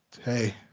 Hey